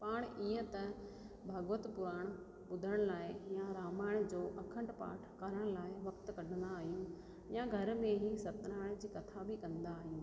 पाण ईअं त भॻवत पुराण ॿुधण लाइ या रामायण जो अखंड पाठ करण लाइ वक़्तु कढंदा आहियूं या घर में ई सतनरायण जी कथा बि कंदा आहियूं